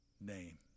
name